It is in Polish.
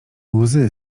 łzy